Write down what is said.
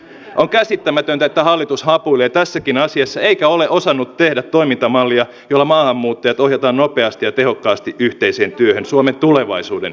on käsittämätöntä että hallitus hapuilee tässäkin asiassa eikä ole osannut tehdä toimintamallia jolla maahanmuuttajat ohjataan nopeasti ja tehokkaasti yhteiseen työhön suomen tulevaisuuden hyväksi